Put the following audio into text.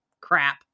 crap